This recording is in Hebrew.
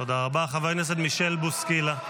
תודה רבה, חבר הכנסת מישל בוסקילה.